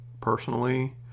personally